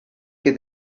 que